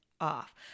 off